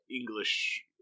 english